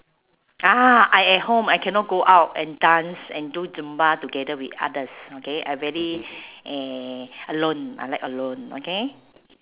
ah I at home I cannot go out and dance and do zumba together with others okay I very eh alone I like alone okay